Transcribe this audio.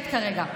שקט כרגע.